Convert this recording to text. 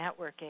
networking